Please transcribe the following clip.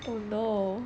oh no